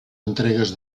entregues